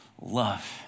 love